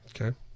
okay